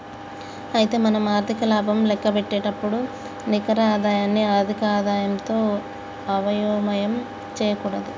అయితే మనం ఆర్థిక లాభం లెక్కపెట్టేటప్పుడు నికర ఆదాయాన్ని ఆర్థిక ఆదాయంతో అయోమయం చేయకూడదు